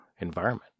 environment